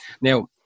now